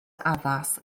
addas